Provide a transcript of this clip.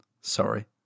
Sorry